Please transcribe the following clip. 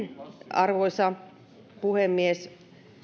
arvoisa puhemies